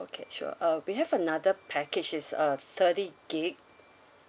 okay sure uh we have another package is uh thirty gigabytes